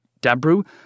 Dabru